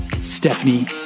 Stephanie